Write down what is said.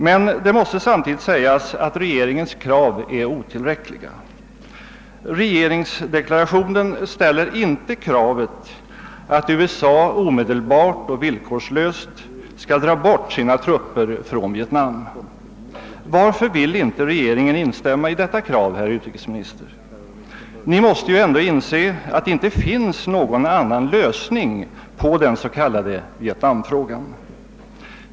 Men det måste samtidigt sägas att regeringens krav är otillräckliga. Regeringsdeklarationen ställer inte kravet att USA omedelbart och villkorslöst skall dra bort sina trupper från Vietnam. Varför vill inte regeringen instämma i detta krav, herr utrikesminister? Ni måste ändå inse att det inte finns någon annan lösning på den s.k. vietnamfrågan.